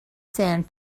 sand